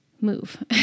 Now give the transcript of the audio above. move